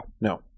No